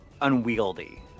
unwieldy